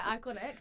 iconic